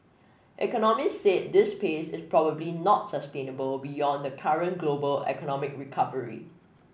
economists said this pace is probably not sustainable beyond the current global economic recovery